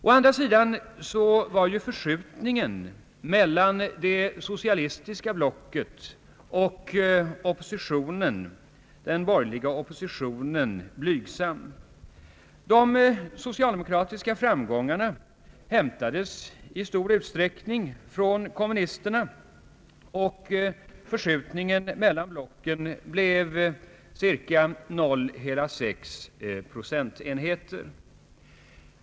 Å andra sidan var förskjutningen mellan det socialistiska blocket och den borgerliga oppositionen blygsam. De socialdemokratiska framgångarna hämtades i stor utsträckning från kommunisterna, och förskjutningen mellan blocken blev endast cirka 0,6 procent.